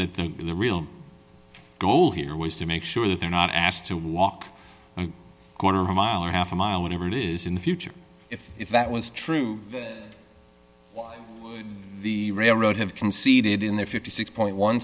that think the real goal here was to make sure that they're not asked to walk quarter of a mile or half a mile whatever it is in the future if if that was true the railroad have conceded in their fifty six point one